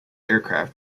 aircraft